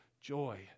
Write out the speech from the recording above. joy